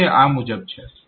તો તે આ મુજબ છે